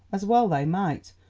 as well they might,